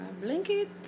blanket